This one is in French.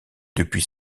depuis